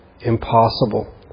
Impossible